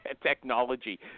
technology